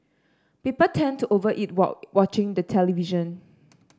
people tend to over eat while watching the television